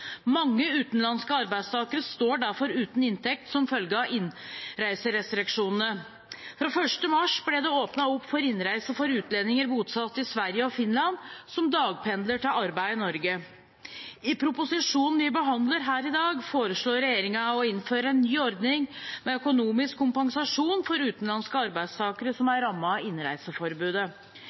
Sverige og Finland som dagpendler til arbeid i Norge. I proposisjonen vi behandler her i dag, foreslår regjeringen å innføre en ny ordning, med økonomisk kompensasjon for utenlandske arbeidstakere som er rammet av innreiseforbudet.